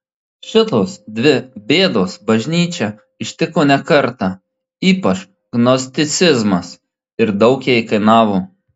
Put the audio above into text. šitos dvi bėdos bažnyčią ištiko ne kartą ypač gnosticizmas ir daug jai kainavo